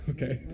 Okay